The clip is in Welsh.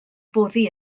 boddi